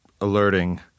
alerting